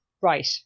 right